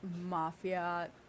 mafia